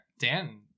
Dan